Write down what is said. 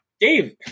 Dave